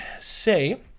say